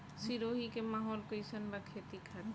सिरोही के माहौल कईसन बा खेती खातिर?